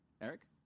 Eric